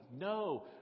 No